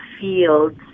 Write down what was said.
fields